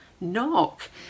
knock